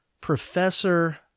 professor